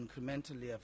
incrementally